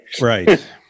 Right